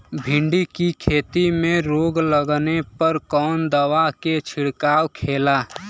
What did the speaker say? भिंडी की खेती में रोग लगने पर कौन दवा के छिड़काव खेला?